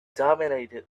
dominated